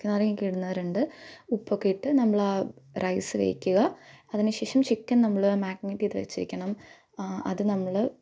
ഉണക്ക നാരങ്ങ ഒക്കെ ഇടുന്നവരുണ്ട് ഉപ്പൊക്കെ ഇട്ട് നമ്മളാ റൈസ് വേവിക്കുക അതിന് ശേഷം ചിക്കൻ നമ്മള് മാരിനേറ്റ് ചെയ്ത് വെച്ചിരിക്കണം അത് നമ്മള്